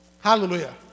Hallelujah